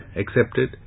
accepted